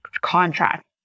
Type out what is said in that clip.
contract